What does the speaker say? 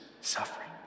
suffering